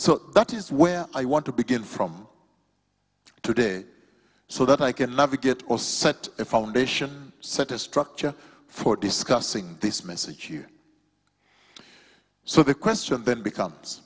so that is where i want to begin from today so that i can love a get or set a foundation set a structure for discussing this message you so the question then becomes